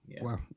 Wow